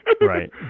Right